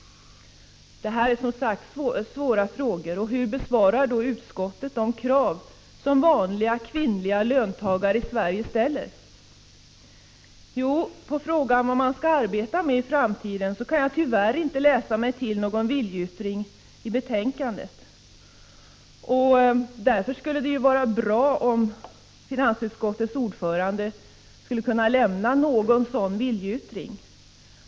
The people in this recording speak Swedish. Det här är, som sagt, svåra frågor. a om a SET SE Hur bemöter då utskottet de krav som vanliga kvinnliga löntagare i Sverige ställer? Ja, i fråga om vad man skall arbeta med i framtiden kan jag tyvärr inte läsa mig till någon viljeyttring i betänkandet. Därför skulle det vara bra om finansutskottets ordförande kunde avge en viljeyttring i detta sammanhang.